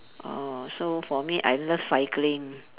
oh so for me I love cycling